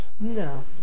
No